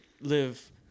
live